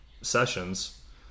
sessions